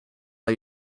let